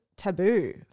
taboo